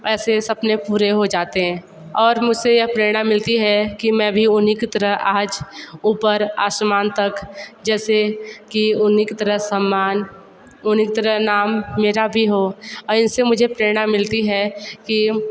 ऐसे सपने पूरे हो जाते हैं और मुझसे यह प्रेरणा मिलती है कि मैं भी उन्हीं की तरह आज ऊपर आसमान तक जैसे कि उन्हीं की तरह सम्मान उन्हीं की तरह नाम मेरा भी हो और इनसे मुझे प्रेरणा मिलती है कि